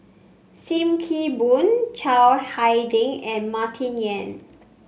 Sim Kee Boon Chiang Hai Ding and Martin Yan